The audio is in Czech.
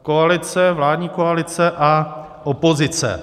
Koalice, vládní koalice, a opozice.